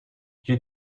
you